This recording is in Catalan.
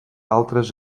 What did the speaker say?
altres